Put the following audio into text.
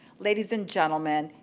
ladies and gentlemen,